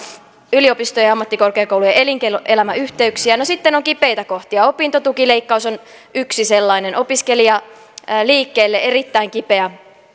yliopistojen ja ammattikorkeakoulujen ja elinkeinoelämän yhteyksiä no sitten on kipeitä kohtia opintotukileikkaus on yksi sellainen opiskelijaliikkeelle erittäin kipeä